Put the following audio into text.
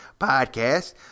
podcast